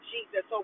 Jesus